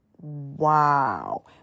wow